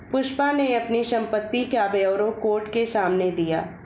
पुष्पा ने अपनी संपत्ति का ब्यौरा कोर्ट के सामने दिया